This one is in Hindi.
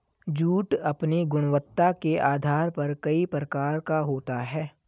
जूट अपनी गुणवत्ता के आधार पर कई प्रकार का होता है